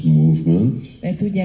movement